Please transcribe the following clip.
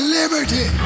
liberty